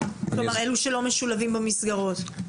לאלו שלא משולבים במסגרות.